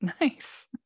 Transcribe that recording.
nice